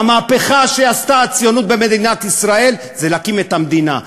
והמהפכה שעשתה הציונות במדינת ישראל זה להקים את המדינה.